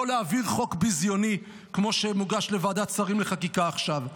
לא להעביר חוק ביזיוני כמו שמוגש לוועדת שרים לחקיקה עכשיו.